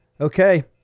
Okay